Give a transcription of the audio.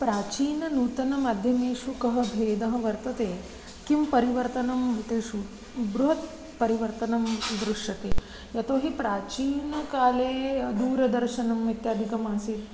प्राचीनः नूतनः माध्यमेषु कः भेदः वर्तते किं परिवर्तनं तेषु बृहत् परिवर्तनं दृश्यते यतोहि प्राचीनकाले दूरदर्शनम् इत्यादिकम् आसीत्